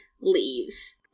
leaves